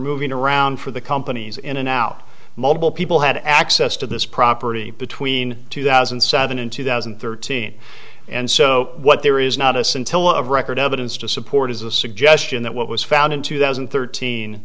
moving around for the companies in and out multiple people had access to this property between two thousand and seven and two thousand and thirteen and so what there is not a scintilla of record evidence to support is a suggestion that what was found in two th